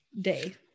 Day